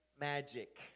magic